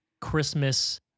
Christmas